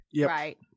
Right